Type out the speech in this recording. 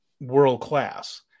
world-class